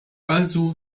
also